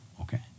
okay